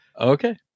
okay